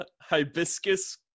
hibiscus